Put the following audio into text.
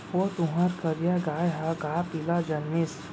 ओ तुंहर करिया गाय ह का पिला जनमिस?